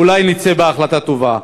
אולי נצא בהחלטה טובה.